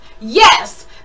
Yes